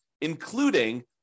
including